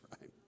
right